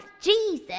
Jesus